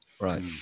Right